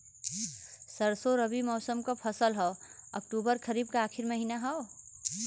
सरसो रबी मौसम क फसल हव अक्टूबर खरीफ क आखिर महीना हव